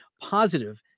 positive